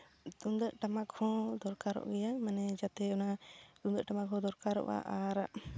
ᱛᱩᱢᱫᱟᱹᱜ ᱴᱟᱢᱟᱠ ᱦᱚᱸ ᱫᱚᱨᱠᱟᱨᱚᱜ ᱜᱮᱭᱟ ᱢᱟᱱᱮ ᱡᱟᱛᱮ ᱚᱱᱟ ᱛᱩᱢᱫᱟᱹᱜ ᱴᱟᱢᱟᱠ ᱦᱚᱸ ᱫᱚᱨᱠᱟᱨᱚᱜᱼᱟ ᱟᱨ